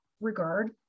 regard